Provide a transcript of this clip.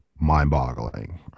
mind-boggling